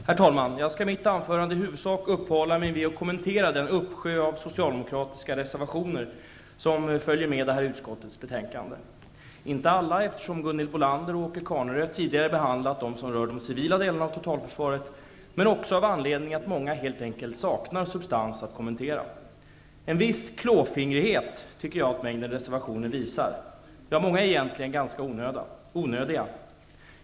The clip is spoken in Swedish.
Herr talman! Jag skall i mitt anförande i huvudsak uppehålla mig vid att kommentera den uppsjö av socialdemokratiska reservationer som följer med utskottets betänkande. Jag skall inte ta upp alla, eftersom Gunhild Bolander och Åke Carnerö tidigare har behandlat dem som rör den civila delen av totalförsvaret, men också av den anledningen att många av reservationerna helt enkelt saknar substans att kommentera. En viss klåfingrighet tycker jag att mängden reservationer visar. Många är egentligen ganska onödiga.